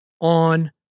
on